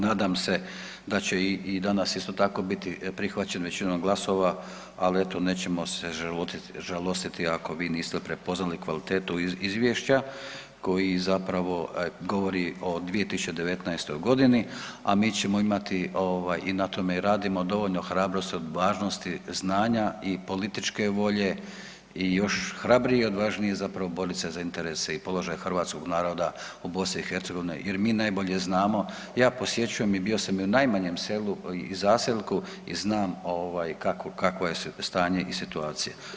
Nadam se da će i danas isto tako biti prihvaćeno većinom glasova ali eto nećemo se žalostiti ako vi niste prepoznali kvalitetu iz izvješća koji zapravo govori o 2019. godini, a mi ćemo imati ovaj i na tome i radimo dovoljno hrabrosti, odvažnosti, znanja i političke volje i još hrabrije i odvažnije zapravo boriti se za interese i položaj hrvatskog naroda u BiH jer mi najbolje znamo, ja posjećujem i bio sam i u najmanjem selu i zaseoku i znam ovaj kakvo je stanje i situacija.